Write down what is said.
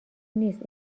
نیست